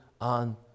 on